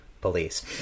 police